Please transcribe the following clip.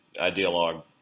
ideologue